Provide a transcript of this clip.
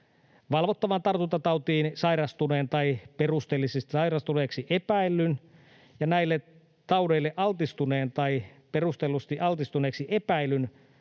valvottavaan tartuntatautiin sairastuneen tai perusteellisesti sairastuneeksi epäillyn ja näille taudeille altistuneen tai perustellusti altistuneeksi epäillyn